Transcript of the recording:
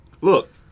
Look